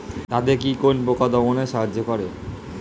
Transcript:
দাদেকি কোন পোকা দমনে সাহায্য করে?